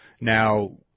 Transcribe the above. Now